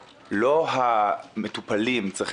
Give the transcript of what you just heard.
סל התרופות זה בדיוק אחת הנקודות.